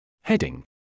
Heading